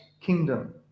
kingdom